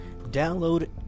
Download